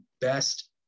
best